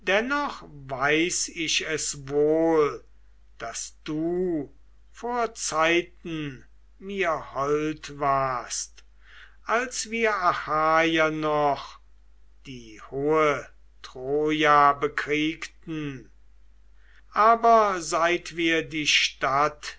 dennoch weiß ich es wohl daß du vor zeiten mir hold warst als wir achaier noch die hohe troja bekriegten aber seit wir die stadt